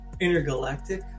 Intergalactic